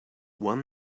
one